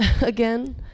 again